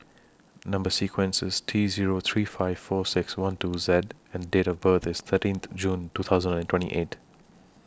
Number sequence IS T Zero three five four six one two Z and Date of birth IS thirteenth June two thousand and twenty eight